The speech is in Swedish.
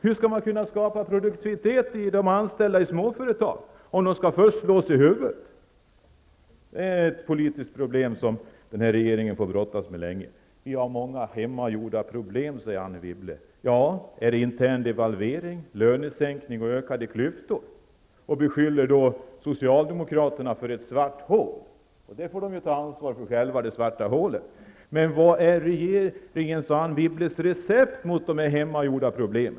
Hur skall det gå att skapa produktivitet bland de anställda i småföretag om de först skall slås i huvudet? Det är ett politiskt problem som den här regeringen länge kommer att få brottas med. Vi har många hemmagjorda problem, säger Anne Wibble. Ja, är det då fråga om interdevalvering, lönesänkningar och ökade klyftor? Man beskyller socialdemokraterna för att ha åstadkommit ett svart hål. Det svarta hålet får de själva ta ansvar för. Men vad är då regeringens och Anne Wibbles recept när det gäller dessa hemmagjorda problem?